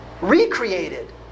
recreated